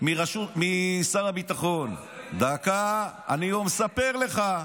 ממשרד הביטחון, באיזו שנה?